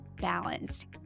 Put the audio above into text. balanced